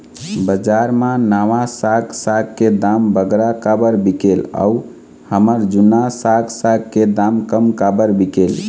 बजार मा नावा साग साग के दाम बगरा काबर बिकेल अऊ हमर जूना साग साग के दाम कम काबर बिकेल?